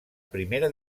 primera